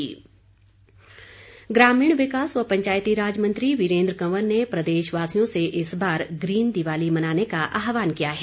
वीरेन्द्र कंवर ग्रामीण विकास व पंचायती राज मंत्री वीरेन्द्र कंवर ने प्रदेशवासियों से इस बार ग्रीन दिवाली मनाने का आहवान किया है